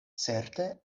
certe